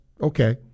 okay